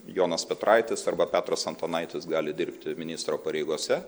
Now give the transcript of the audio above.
jonas petraitis arba petras antanaitis gali dirbti ministro pareigose